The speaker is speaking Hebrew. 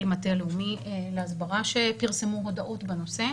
המטה הלאומי להסברה שפרסמו הודעות בנושא,